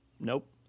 Nope